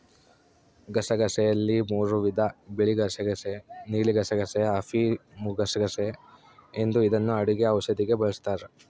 ಗಸಗಸೆಯಲ್ಲಿ ಮೂರೂ ವಿಧ ಬಿಳಿಗಸಗಸೆ ನೀಲಿಗಸಗಸೆ, ಅಫಿಮುಗಸಗಸೆ ಎಂದು ಇದನ್ನು ಅಡುಗೆ ಔಷಧಿಗೆ ಬಳಸ್ತಾರ